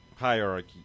hierarchy